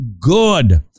good